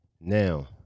Now